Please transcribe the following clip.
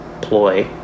ploy